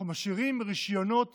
אנחנו משאירים רישיונות